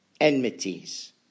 enmities